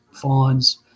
fawns